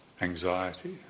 anxiety